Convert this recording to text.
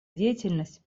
деятельность